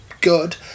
good